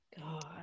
God